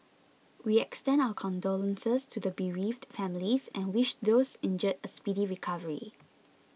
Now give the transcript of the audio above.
we extend our condolences to the bereaved families and wish those injured a speedy recovery